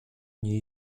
new